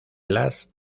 las